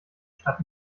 statt